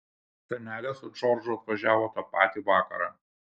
senelė su džordžu atvažiavo tą patį vakarą